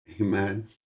Amen